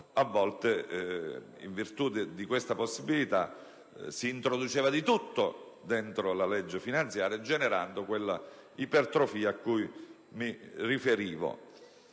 a volte, in virtù di questa possibilità, si introduceva nella legge finanziaria di tutto, generando quella ipertrofia cui mi riferivo.